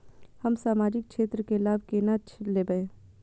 हम सामाजिक क्षेत्र के लाभ केना लैब?